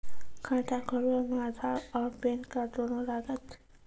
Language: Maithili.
खाता खोलबे मे आधार और पेन कार्ड दोनों लागत?